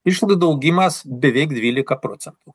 išlaidų augimas beveik dvylika procentų